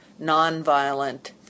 nonviolent